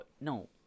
no